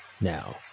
Now